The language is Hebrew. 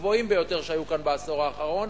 הגבוהים ביותר שהיו כאן בעשור האחרון,